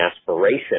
aspiration